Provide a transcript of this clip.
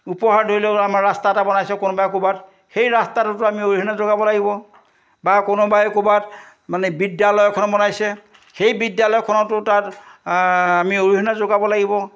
উপহাৰ ধৰি লওক আমাৰ ৰাস্তা এটা বনাইছে কোনোবাই ক'ৰবাত সেই ৰাস্তাটোতো আমি অৰিহণা যোগাব লাগিব বা কোনোবাই ক'ৰবাত মানে বিদ্যালয় এখন বনাইছে সেই বিদ্যালয়খনতো তাত আমি অৰিহণা যোগাব লাগিব